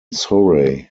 surrey